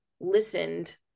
listened